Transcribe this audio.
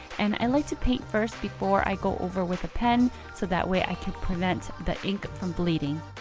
and and like to paint first, before i go over with the pen so that way i can prevent the ink from bleeding.